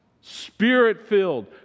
spirit-filled